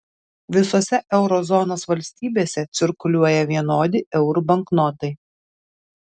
visose euro zonos valstybėse cirkuliuoja vienodi eurų banknotai